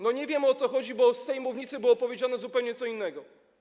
Nie wiem, o co chodzi, bo z tej mównicy było powiedziane zupełnie co innego.